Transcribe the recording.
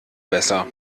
besser